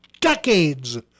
decades